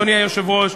אדוני היושב-ראש,